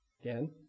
Again